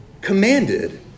commanded